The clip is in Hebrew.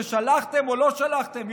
ששלחתם או לא שלחתם.